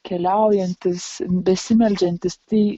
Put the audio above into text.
keliaujantys besimeldžiantys tai